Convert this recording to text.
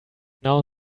now